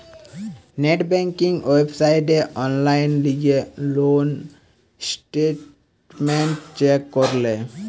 net banking ওয়েবসাইটে online গিলে loan statement check করলে